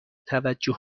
توجه